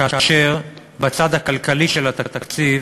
כאשר בצד הכלכלי של התקציב